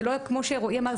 זה לא כמו שרועי אמר,